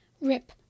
Rip